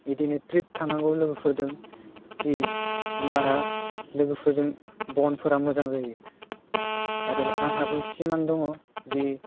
बिदिनो ट्रिप थांनांगौ लोगोफोरजों जि होमबाना लोगोफोरजों बर्न्डफोरा मोजां जायो आरो आंहाबो सिमां दङ जि